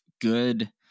good